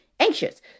anxious